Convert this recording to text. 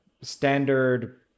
standard